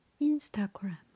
Instagram